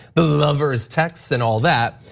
the lovers texts and all that.